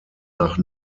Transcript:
nach